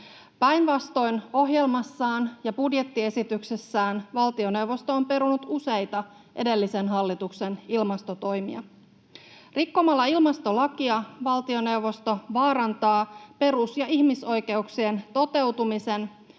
Päinvastoin ohjelmassaan ja budjettiesityksessään valtioneuvosto on perunut useita edellisen hallituksen ilmastotoimia. Rikkomalla ilmastolakia valtioneuvosto vaarantaa perus- ja ihmisoikeuksien toteutumisen,